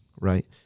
right